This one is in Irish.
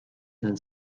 den